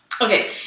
Okay